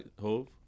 Hove